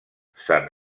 sant